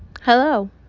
hello